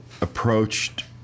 approached